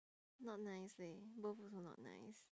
not nice leh both also not nice